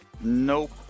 Nope